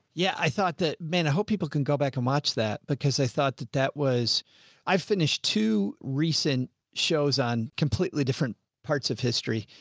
yeah, i thought that man, i hope people can go back and watch that because i thought that that was i've finished. two recent shows on completely. the different parts of history.